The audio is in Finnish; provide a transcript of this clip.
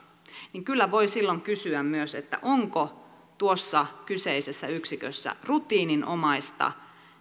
niin kyllä voi silloin kysyä myös onko tuossa kyseisessä yksikössä rutiininomaista